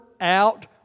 out